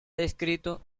descrito